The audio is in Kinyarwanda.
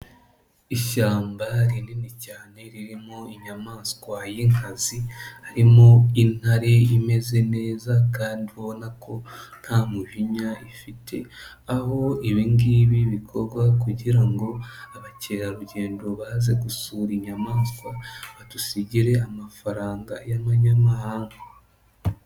Ishyamba rinini cyane ririmo inyamaswa y'inkazi, harimo intare imeze neza kandi ubona ko nta mujinya ifite, aho ibi ngibi bikorwa kugira ngo abakerarugendo baze gusura inyamanswa, badusigire amafaranga y'amanyamahanga.